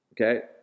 Okay